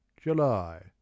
july